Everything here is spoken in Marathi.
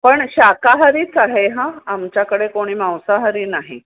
पण शाकाहारीच आहे हा आमच्याकडे कोणी मांसाहारी नाही